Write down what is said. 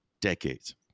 decades